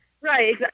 Right